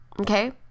Okay